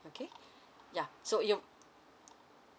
okay yeah so you